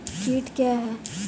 कीट क्या है?